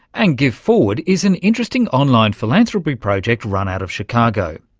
and giveforward is an interesting online philanthropy project run out of chicago.